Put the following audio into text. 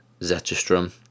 zetterstrom